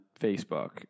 Facebook